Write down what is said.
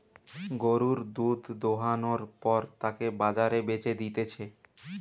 গরুর দুধ দোহানোর পর তাকে বাজারে বেচে দিতেছে